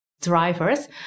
drivers